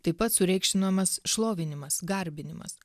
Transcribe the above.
taip pat sureikšminamas šlovinimas garbinimas